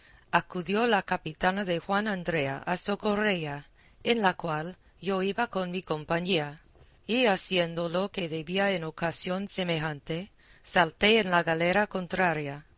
acudió la capitana de juan andrea a socorrella en la cual yo iba con mi compañía y haciendo lo que debía en ocasión semejante salté en la galera contraria